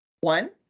one